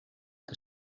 que